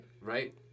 Right